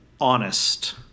honest